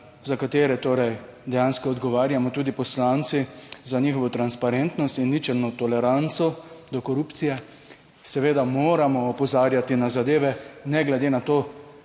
Za katere torej dejansko odgovarjamo, tudi poslanci, za njihovo transparentnost in ničelno toleranco do korupcije. Seveda moramo opozarjati na zadeve, ne glede na to,